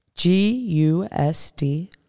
G-U-S-D